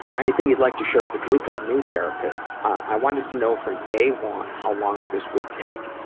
anything you'd like to share with a group of new therapists? i wanted to know from day one, how long this would take.